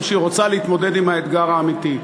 או שהיא רוצה להתמודד עם האתגר האמיתי?